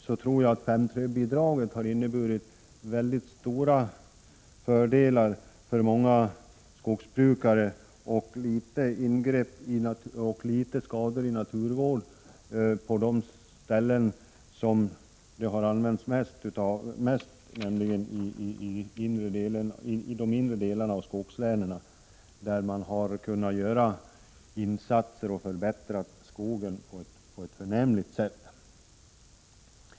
Jag tror att det har inneburit mycket stora fördelar för många skogsbrukare och litet skador i naturvården på de ställen där det har använts mest, nämligen i de inre delarna av skogslänen, där man kunnat göra insatser och förbättra skogen på ett förnämligt sätt.